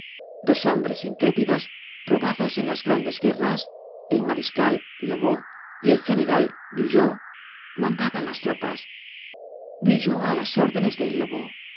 dos hombres intrépidos probados en las grandes guerras el mariscal lobau y el general bugeaud mandaban las tropas bugeaud á las órdenes de lobau